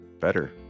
better